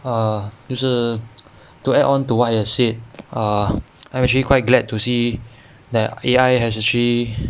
err 就是 to add on to what he had said err I'm actually quite glad to see that A_I has actually